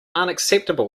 unacceptable